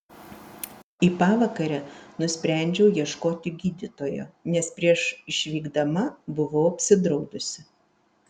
į pavakarę nusprendžiau ieškoti gydytojo nes prieš išvykdama buvau apsidraudusi